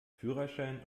führerschein